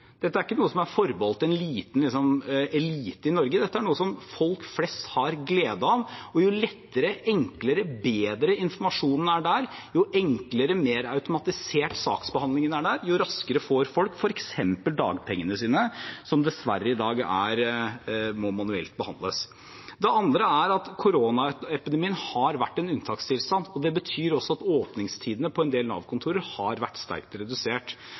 Dette er ikke noe som er forbeholdt en liten elite i Norge, dette er noe som folk flest har glede av, og jo lettere, enklere og bedre informasjonen er der, og jo enklere og mer automatisert saksbehandlingen er der, desto raskere får folk f.eks. dagpengene sine, som dessverre i dag må behandles manuelt. Det andre er at koronaepidemien har vært en unntakstilstand. Det betyr også at åpningstidene på en del Nav-kontorer har vært sterkt redusert.